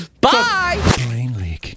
Bye